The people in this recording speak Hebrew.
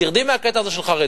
תרדי מהקטע הזה של חרדים.